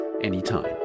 Anytime